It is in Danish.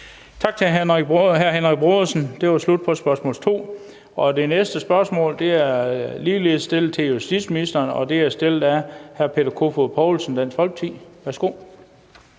Tak til hr. Henrik Brodersen. Det var slut på spørgsmål 2. Det næste spørgsmål er ligeledes stillet til justitsministeren, og det er stillet af hr. Peter Kofod Poulsen, Dansk Folkeparti.